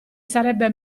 sarebbe